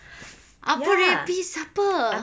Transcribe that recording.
apa rapist siapa